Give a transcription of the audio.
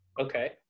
Okay